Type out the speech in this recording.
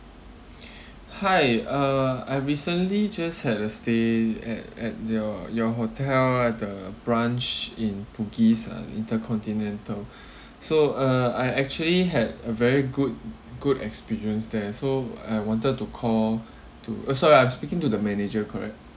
hi uh I recently just had a stay at at your your hotel at the branch in bugis uh intercontinental so uh I actually had a very good good experience there so I wanted to call to uh sorry I'm speaking to the manager correct